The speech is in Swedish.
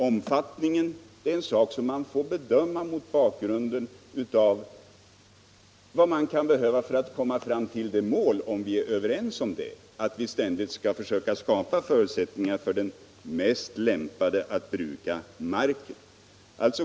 Omfattningen är en sak som man får bedöma mot bakgrund av vad man kan behöva för att uppnå målet, om vi är överens om det, att vi ständigt skall försöka skapa förutsättningar för den mest lämpade att bruka marken.